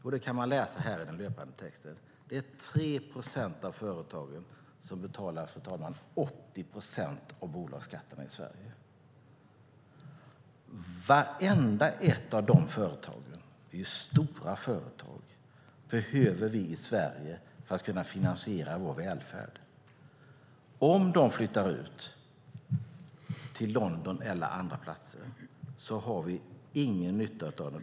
I den löpande texten kan man läsa att det är 3 procent av företagen som betalar 80 procent av bolagsskatterna i Sverige. Vartenda ett av de företagen - det är stora företag - behöver vi i Sverige för att kunna finansiera vår välfärd. Om de flyttar ut till London eller andra platser har vi ingen nytta av dem.